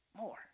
more